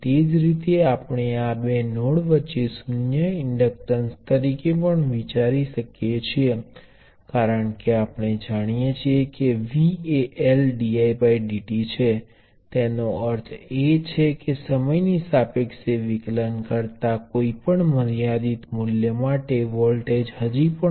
એ જ રીતે જો તમે રેઝિસ્ટર નું સમાંતર જોડાણ લો છો તો પરિણામ હજી પણ એક રેઝિસ્ટર છે જેનું મૂલ્ય વ્યક્તિગત કંડકટન્સનો સરવાળો છે જે પરિણામી રેઝિસ્ટર નું આચરણ છે તે વ્યક્તિગત કંડકટન્સ નો સરવાળો છે